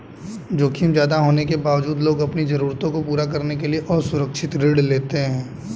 जोखिम ज्यादा होने के बावजूद लोग अपनी जरूरतों को पूरा करने के लिए असुरक्षित ऋण लेते हैं